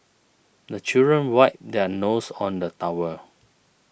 the children wipe their noses on the towel